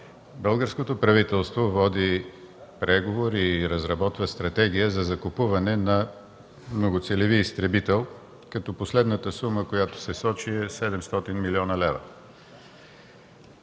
българското правителство води преговори и разработва стратегия за закупуване на многоцелеви изтребител като последната сума, която сочи, е 700 млн. лв.